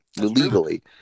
Illegally